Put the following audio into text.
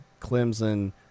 Clemson